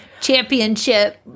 championship